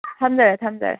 ꯊꯝꯖꯔꯦ ꯊꯝꯖꯔꯦ